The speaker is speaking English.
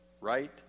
Right